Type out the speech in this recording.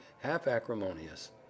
half-acrimonious